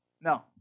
No